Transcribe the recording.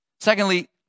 Secondly